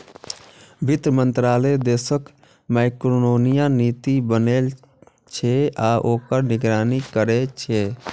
वित्त मंत्रालय देशक मैक्रोइकोनॉमिक नीति बनबै छै आ ओकर निगरानी करै छै